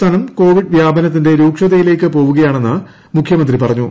സംസ്ഥാനം കോവിഡ് വ്യാപനത്തിന്റെ രൂക്ഷതയിലേക്ക് പോവുകയാണെന്ന് മുഖ്യമന്ത്രി പറഞ്ഞു